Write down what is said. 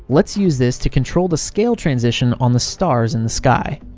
let's use this to control the scale transition on the stars in the sky.